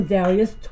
Darius